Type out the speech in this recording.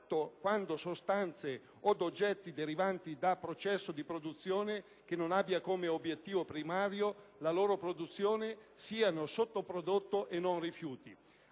Grazie,